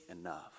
enough